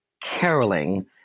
caroling